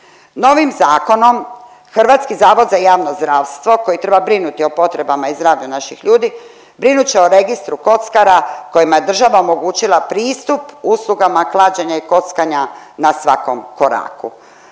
Novim zakonom HZJZ koji treba brinuti o potrebama i zdravlju naših ljudi brinut će o Registru kockara kojima je država omogućila pristup uslugama klađenja i kockanja na svakom koraku.